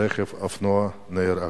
רוכב אופנוע נהרג,